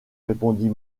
répondit